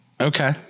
Okay